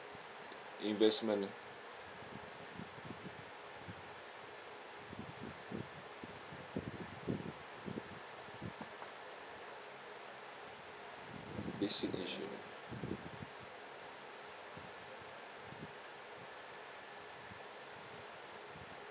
investment ah basic insurance